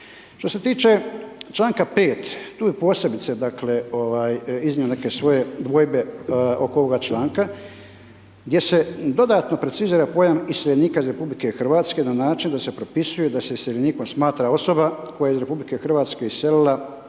Što se tiče čl. 5, tu bih posebice dakle iznio neke svoje dvojbe oko ovoga članka gdje se dodatno precizira pojam iseljenika iz RH na način da se propisuje da se iseljenikom smatra osoba koje je iz RH iselila